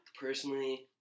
personally